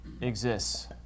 exists